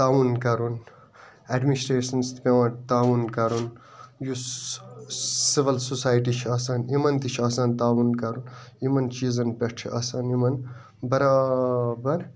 تعاوُن کَرُن ایٚڈمِنسٹریشنَس سٍتۍ پٮ۪وان تعاوُن کَرُن یُس سِوَل سوسایٹی چھِ آسان یمن تہِ چھُ آسان تعاوُن کَرُن یمن چیٖزَن پٮ۪ٹھ چھُ آسان یمن برابر